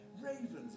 Ravens